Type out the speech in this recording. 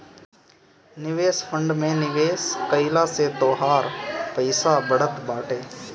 निवेश फंड में निवेश कइला से तोहार पईसा बढ़त बाटे